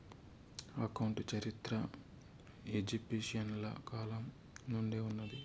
account చరిత్ర ఈజిప్షియన్ల కాలం నుండే ఉన్నాది